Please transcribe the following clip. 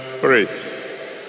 praise